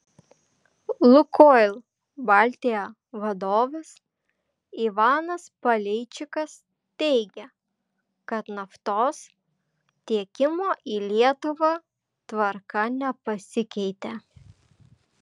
lukoil baltija vadovas ivanas paleičikas teigė kad naftos tiekimo į lietuvą tvarka nepasikeitė